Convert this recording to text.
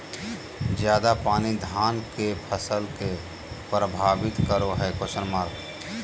ज्यादा पानी धान के फसल के परभावित करो है?